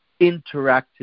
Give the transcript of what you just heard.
interacted